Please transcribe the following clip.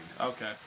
Okay